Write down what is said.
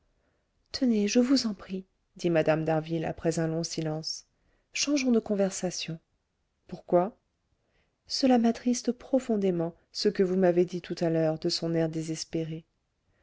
tenez je vous en prie dit mme d'harville après un long silence changeons de conversation pourquoi cela m'attriste profondément ce que vous m'avez dit tout à l'heure de son air désespéré